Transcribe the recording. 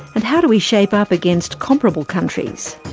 and how do we shape up against comparable countries?